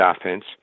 offense